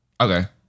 Okay